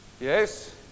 Yes